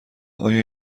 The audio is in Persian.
آیا